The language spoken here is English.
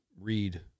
Read